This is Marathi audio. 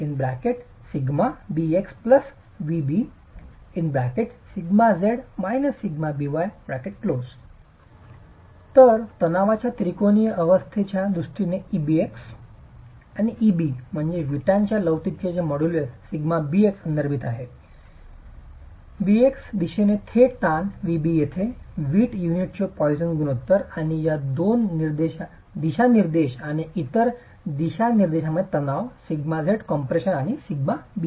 εbx 1 ⎡⎣σbx νb σz − σby ⎤⎦ b तर तणावाच्या त्रिकोणीय अवस्थेच्या दृष्टीने εbx येथे Eb म्हणजे वीटच्या लवचिकतेचे मॉड्यूलस σbx संदर्भित आहे bx दिशेने थेट ताण νb येथे वीट युनिटचे पॉईसनचे गुणोत्तर आणि इतर दोन दिशानिर्देश आणि इतर दोन दिशानिर्देशांमध्ये तणाव σz कम्प्रेशन आणि σby